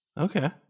Okay